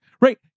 right